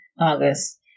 August